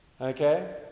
Okay